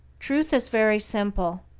truth is very simple.